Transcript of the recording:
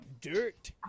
Dirt